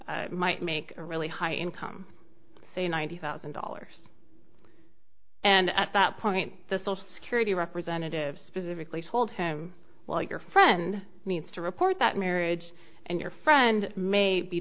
might make a really high income say ninety thousand dollars and at that point the social security representative specifically told him well your friend needs to report that marriage and your friend may be